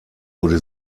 wurde